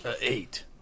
Eight